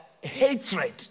hatred